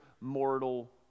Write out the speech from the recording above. mortal